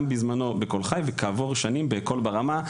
בזמנו בקול חי וכעבור שנים בקול ברמה,